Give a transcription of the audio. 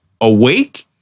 awake